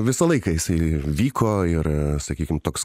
visą laiką jisai vyko ir sakykim toks